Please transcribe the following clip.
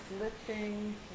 lifting